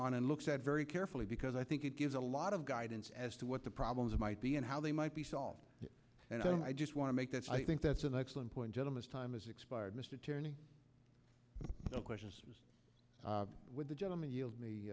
on and looks at very carefully because i think it gives a lot of guidance as to what the problems might be and how they might be solved and i just want to make that i think that's an excellent point gentleman's time has expired mr attorney no question with the gentleman